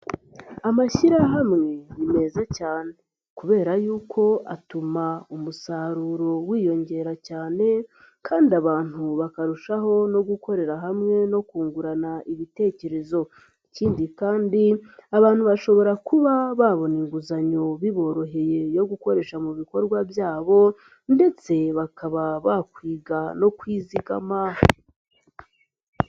Amashyirahamwe ni meza cyane kubera yuko atuma umusaruro wiyongera cyane kandi abantu bakarushaho no gukorera hamwe no kungurana ibitekerezo, ikindi kandi abantu bashobora kuba babona inguzanyo biboroheye yo gukoresha mu bikorwa byabo ndetse bakaba bakwiga no kwizigama.